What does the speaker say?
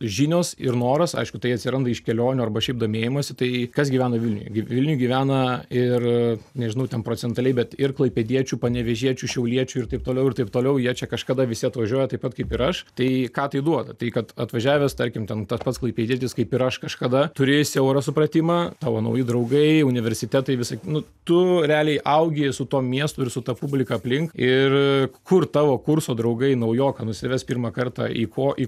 žinios ir noras aišku tai atsiranda iš kelionių arba šiaip domėjimosi tai kas gyvena vilniuj vilniuj gyvena ir nežinau ten procentaliai bet ir klaipėdiečių panevėžiečių šiauliečių ir taip toliau ir taip toliau jie čia kažkada visi atvažiuoja taip pat kaip ir aš tai ką tai duoda tai kad atvažiavęs tarkim ten pats klaipėdietis kaip ir aš kažkada turi siaurą supratimą tavo nauji draugai universitetai visa ki nu tu realiai augi su tuo miestu ir su ta publika aplink ir kur tavo kurso draugai naujoką nusives pirmą kartą į ko į